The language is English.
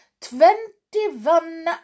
Twenty-one